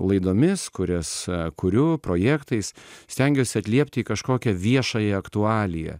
laidomis kurias kuriu projektais stengiuosi atliepti į kažkokią viešąją aktualiją